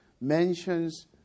mentions